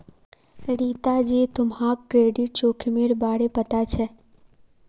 रीता जी, तुम्हाक क्रेडिट जोखिमेर बारे पता छे?